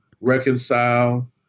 reconcile